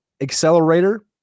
accelerator